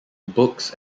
books